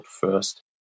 first